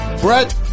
Brett